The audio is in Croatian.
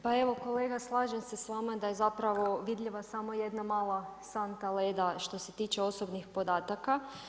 Pa evo kolega slažem se s vama da je zapravo vidljiva samo jedna mala santa leda što se tiče osobnih podataka.